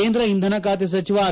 ಕೇಂದ್ರ ಇಂಧನ ಖಾತೆ ಸಚಿವ ಆರ್